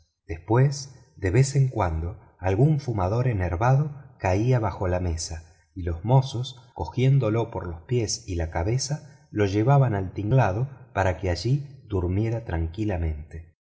después de vez en cuando algún fumador enervado caía bajo la mesa y los mozos tomándolo por los pies y la cabeza lo llevaban al tinglado para que allí durmiera tranquilamente